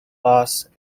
boss